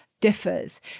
differs